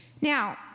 Now